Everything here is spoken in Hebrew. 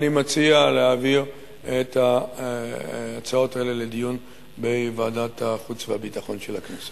אני מציע להעביר את ההצעות האלה לדיון בוועדת החוץ והביטחון של הכנסת.